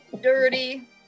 dirty